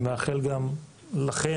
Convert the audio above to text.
אני מאחל גם לכן,